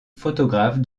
photographe